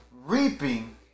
reaping